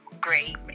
great